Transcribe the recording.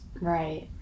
Right